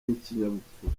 n’ikinyabupfura